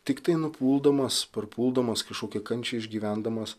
tiktai nupuldamas parpuldamas kažkokį kančią išgyvendamas